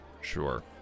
Sure